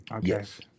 Yes